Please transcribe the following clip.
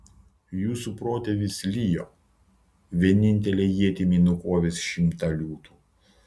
jūsų protėvis lijo vienintele ietimi nukovęs šimtą liūtų